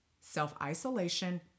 self-isolation